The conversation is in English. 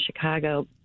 Chicago